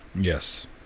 Yes